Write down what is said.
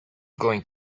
going